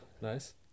Nice